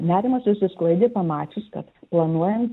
nerimas išsisklaidė pamačius kad planuojan